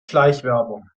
schleichwerbung